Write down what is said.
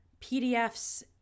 PDFs